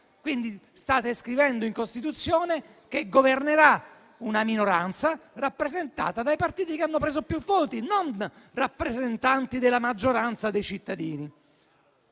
Quindi, state scrivendo in Costituzione che governerà una minoranza rappresentata dai partiti che hanno preso più voti, non rappresentanti della maggioranza dei cittadini.